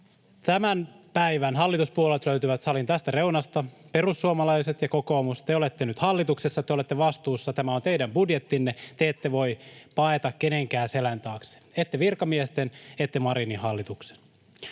Tämän päivän hallituspuolueet löytyvät salin sieltä reunasta. Perussuomalaiset ja kokoomus, te olette nyt hallituksessa, te olette vastuussa. Tämä on teidän budjettinne. Te ette voi paeta kenenkään selän taakse, ette virkamiesten, ette Marinin hallituksen.